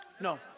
No